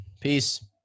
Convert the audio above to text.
Peace